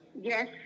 Yes